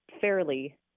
fairly